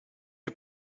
you